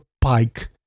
pike